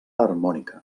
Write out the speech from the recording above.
harmònica